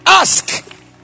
Ask